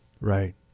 Right